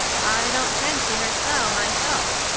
i don't fancy her style myself,